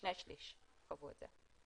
שני שליש חוו את זה.